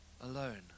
alone